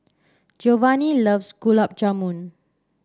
Geovanni loves Gulab Jamun